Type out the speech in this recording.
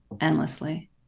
endlessly